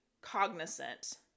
cognizant